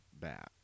back